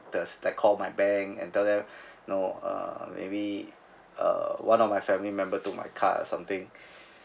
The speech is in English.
the instead of call my bank and then you know uh maybe uh one of my family member took my card or something